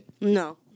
No